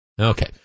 Okay